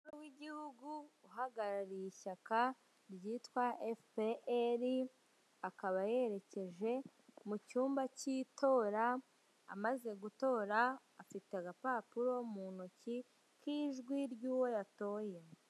Umukuru w'igihugu uhagarariye ishyaka ryitwa efuperi, akaba yerekeje mu cyumba cy'itora, amaze gutora afite agapapuro mu ntoki k'ijwi ry'uwo yatoye.